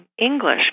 English